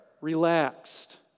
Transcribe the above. relaxed